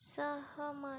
सहमत